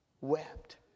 wept